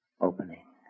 Opening